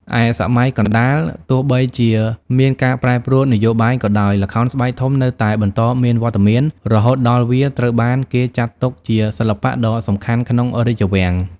ឯសម័យកណ្ដាល ទោះបីជាមានការប្រែប្រួលនយោបាយក៏ដោយ ល្ខោនស្បែកធំនៅតែបន្តមានវត្តមាន រហូតដល់វាត្រូវបានគេចាត់ទុកជាសិល្បៈដ៏សំខាន់ក្នុងរាជវាំង ។